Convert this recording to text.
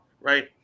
Right